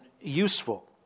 useful